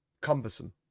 cumbersome